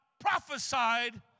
prophesied